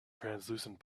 translucent